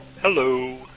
Hello